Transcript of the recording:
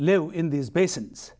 live in these basins